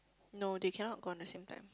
no they cannot go on the same time